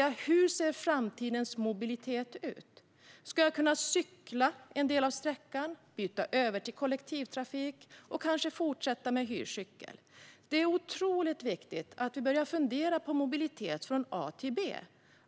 Hur ser framtidens mobilitet ut? Ska jag kunna cykla en del av sträckan, byta till kollektivtrafik och kanske fortsätta med hyrcykel? Det är otroligt viktigt att vi börjar att fundera på mobilitet från A till B